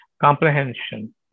comprehension